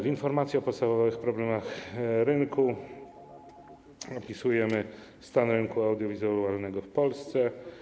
W informacji o podstawowych problemach rynku opisujemy stan rynku audiowizualnego w Polsce.